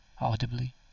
audibly